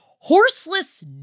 Horseless